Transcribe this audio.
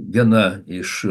viena iš